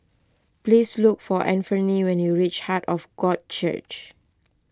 please look for Anfernee when you reach Heart of God Church